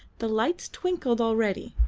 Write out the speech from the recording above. the lights twinkled already,